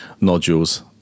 nodules